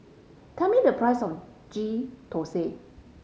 tell me the price of Ghee Thosai